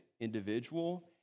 individual